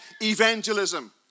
evangelism